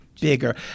bigger